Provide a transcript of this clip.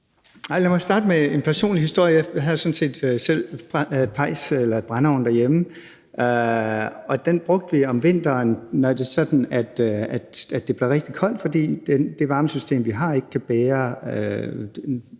jeg vil starte med en personlig historie. Jeg havde sådan set selv brændeovn derhjemme, og den brugte vi om vinteren, når det blev rigtig koldt, fordi det varmesystem, vi havde, ikke kunne bære